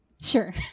Sure